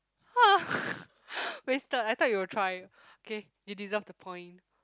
wasted I thought you will try okay you deserve the point